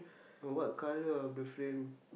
what colour of the frame